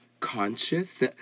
Conscious